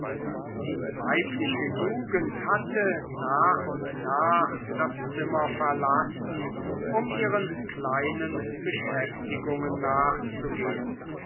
die weibliche jugend hatte nach und nach das zim mer verlassen um ihren kleinen beschäftigungen nachzugehn